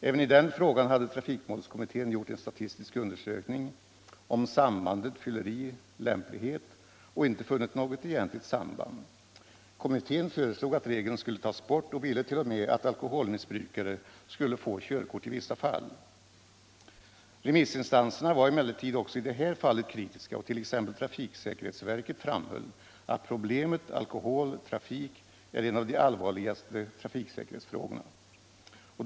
Även i den frågan hade trafikmålskommittén gjort en statistisk undersökning om sambandet fylleri — lämplighet och inte funnit något egentligt samband. Kommittén föreslog att regeln skulle tas bort och ville t.o.m. att alkoholmissbrukare skulle få körkort i vissa fall. Remissinstanserna var emellertid också i det här fallet kritiska, och t.ex. trafiksäkerhetsverket framhöll att problemet alkohol-trafik är en av de allvarligaste trafiksäkerhetsfrågorna.